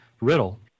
riddle